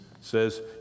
says